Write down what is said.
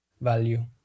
value